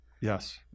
Yes